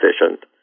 efficient